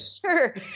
Sure